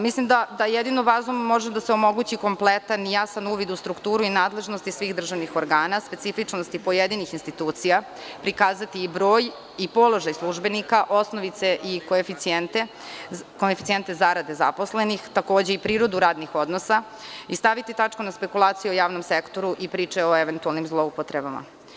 Mislim da jedino bazom može da se omogući kompletan i jasan uvid u strukturu i nadležnosti svih državnih organa, specifičnosti pojedinih institucija prikazati i broj i položaj službenika, osnovice i koeficijente zarade zaposlenih i prirodu radnih odnosa i staviti tačku na spekulacije o javnom sektoru i priče o eventualnim zloupotrebama.